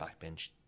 backbench